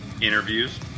interviews